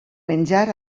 menjar